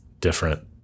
different